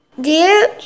Dear